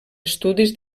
estudis